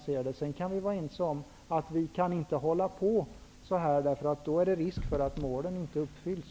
Vi kan emellertid vara ense om att vi inte kan hålla på så här, därför att det då finns risk för att målen inte uppfylls.